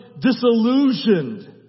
disillusioned